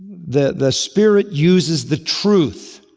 the the spirit uses the truth.